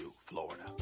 Florida